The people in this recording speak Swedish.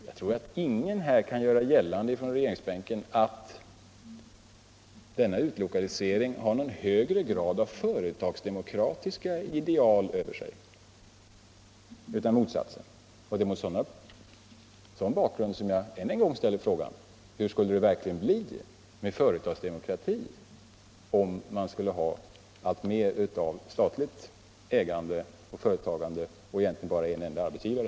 Jag tror att ingen från regeringsbänken kan göra gällande att denna utlokalisering har någon högre grad av företagsdemokratiska ideal över sig, utan snarare motsatsen. Det är mot en sådan bakgrund jag än en gång ställer frågan: Hur skulle det i verkligheten bli med företagsdemokratin, om man skulle ha alltmer av statligt ägande och företagande och egentligen bara en enda arbetsgivare?